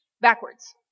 backwards